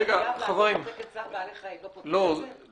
שהמתקן חייב לעמוד בתקן צער בעלי חיים לא פותר את זה?